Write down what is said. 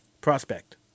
Prospect